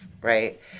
right